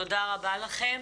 תודה רבה לכם.